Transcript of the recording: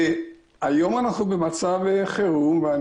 והיום אנחנו במצב חרום.